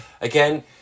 Again